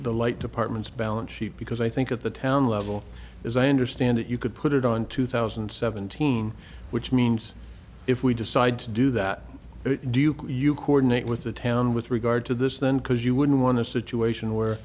the light department's balance sheet because i think of the town level as i understand it you could put it on two thousand and seventeen which means if we decide to do that do you coordinate with the town with regard to this then because you wouldn't want to situation where